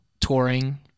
touring